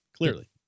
Clearly